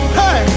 hey